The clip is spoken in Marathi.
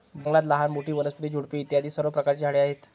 जंगलात लहान मोठी, वनस्पती, झुडपे इत्यादी सर्व प्रकारची झाडे आहेत